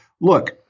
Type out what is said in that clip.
look